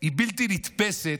היא בלתי נתפסת.